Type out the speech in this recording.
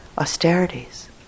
austerities